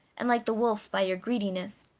and like the wolf by your greediness.